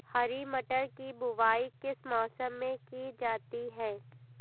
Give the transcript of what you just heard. हरी मटर की बुवाई किस मौसम में की जाती है?